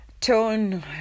tone